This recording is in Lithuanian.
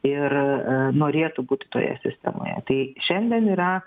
ir norėtų būti toje sistemoje tai šiandien yra